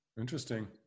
Interesting